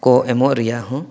ᱠᱚ ᱮᱢᱚᱜ ᱨᱮᱭᱟᱜ ᱦᱚᱸ